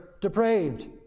depraved